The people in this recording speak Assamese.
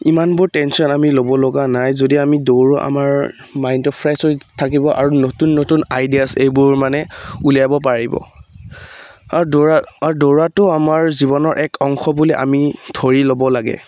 ইমানবোৰ টেনচন আমি ল'ব লগা নাই যদি আমি দৌৰোঁ আমাৰ মাইণ্ডটো ফ্ৰেছ হৈ থাকিব আৰু নতুন নতুন আইডিয়ছ এইবোৰ মানে উলিয়াব পাৰিব আৰু দৌৰা দৌৰাটো আমাৰ জীৱনৰ এক অংশ বুলি আমি ধৰি ল'ব লাগে